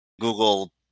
Google